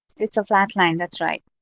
it's a flat line. that's right.